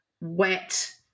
wet